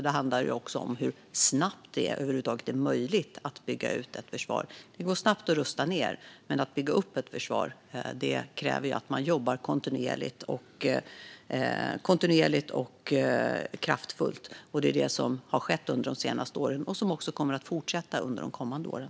Det handlar också om hur snabbt det över huvud taget är möjligt att bygga ut ett försvar. Det går snabbt att rusta ned. Men att bygga upp ett försvar kräver att man jobbar kontinuerligt och kraftfullt. Det är vad som har skett under de senaste åren och som också kommer att fortsätta under de kommande åren.